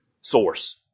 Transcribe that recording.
source